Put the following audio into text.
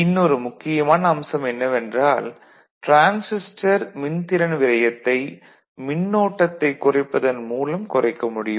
இன்னொரு முக்கியமான அம்சம் என்னவென்றால் டிரான்சிஸ்டர் மின்திறன் விரயத்தை மின்னோட்டத்தைக் குறைப்பதன் மூலம் குறைக்க முடியும்